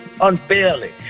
unfairly